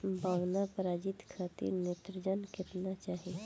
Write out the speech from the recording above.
बौना प्रजाति खातिर नेत्रजन केतना चाही?